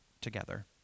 together